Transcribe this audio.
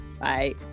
Bye